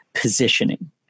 positioning